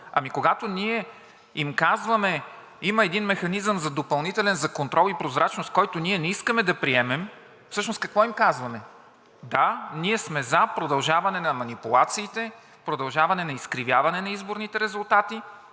Когато ние им казваме: има един допълнителен механизъм за контрол и прозрачност, който ние не искаме да приемем, всъщност какво им казваме? Да, ние сме за продължаване на манипулациите, продължаване на изкривяване на изборните резултати